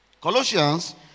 Colossians